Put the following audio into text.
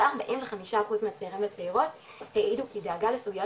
גם 45 מהצעירים והצעירות העידו כי דאגה לסוגיות